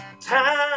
time